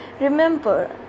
remember